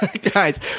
Guys